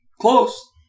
Close